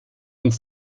uns